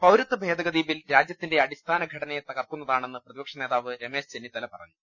പൌരത്വ ഭേദഗതി ബിൽ രാജ്യത്തിന്റെ അടിസ്ഥാനഘടനയെ തകർക്കുന്നതാണെന്ന് പ്രതിപക്ഷനേതാവ് രമേശ് ചെന്നിത്തല പറ ഞ്ഞു